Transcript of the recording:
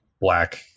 black